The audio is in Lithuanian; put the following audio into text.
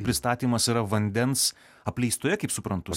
pristatymas yra vandens apleistoje kaip suprantu